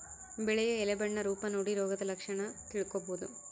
ಬೆಳೆಯ ಎಲೆ ಬಣ್ಣ ರೂಪ ನೋಡಿ ರೋಗದ ಲಕ್ಷಣ ತಿಳ್ಕೋಬೋದು